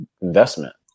investment